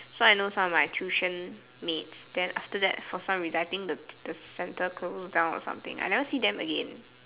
so I know some of my tuition mates then after that for some reason I think the the center close down or something I never see them again